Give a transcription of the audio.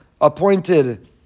appointed